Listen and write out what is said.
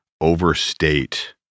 overstate